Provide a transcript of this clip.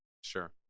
Sure